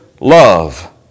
love